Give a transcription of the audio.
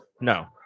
No